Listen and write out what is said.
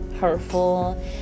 hurtful